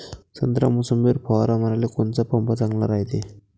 संत्रा, मोसंबीवर फवारा माराले कोनचा पंप चांगला रायते?